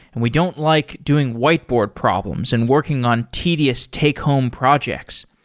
and we don't like doing whiteboard problems and working on tedious take home projects.